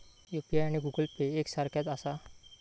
UPI आणि Google Pay एक सारख्याच आसा?